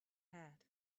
hat